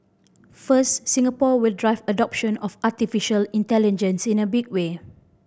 first Singapore will drive adoption of artificial intelligence in a big way